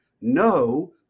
No